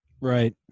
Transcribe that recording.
right